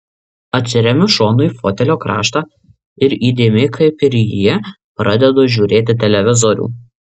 atsiremiu šonu į fotelio kraštą ir įdėmiai kaip ir jie pradedu žiūrėti televizorių